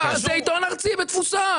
זה עיתון ארצי בתפוסה.